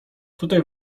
tutaj